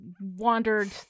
wandered